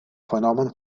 fenomen